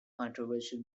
controversial